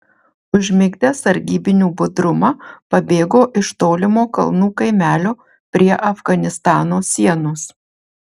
užmigdęs sargybinių budrumą pabėgo iš tolimo kalnų kaimelio prie afganistano sienos